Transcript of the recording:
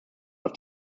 auf